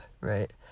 right